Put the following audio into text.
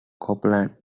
copeland